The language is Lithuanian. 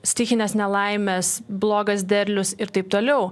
stichinės nelaimės blogas derlius ir taip toliau